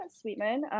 Sweetman